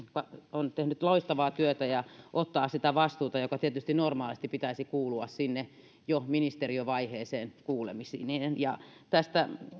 on tehnyt loistavaa työtä ja ottaa sitä vastuuta jonka tietysti normaalisti pitäisi kuulua jo sinne ministeriövaiheeseen kuulemisiin tästä